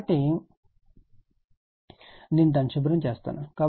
కాబట్టి నేను దానిని శుభ్రం చేస్తాను